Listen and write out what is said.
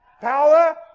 power